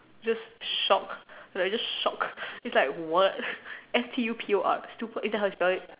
just shock like just shock it's like what S T U P O R stupor you know how to spell it